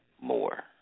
more